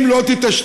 אם לא תתעשתו,